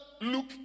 look